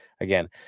again